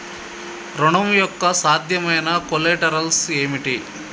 ఋణం యొక్క సాధ్యమైన కొలేటరల్స్ ఏమిటి?